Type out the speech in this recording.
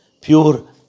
pure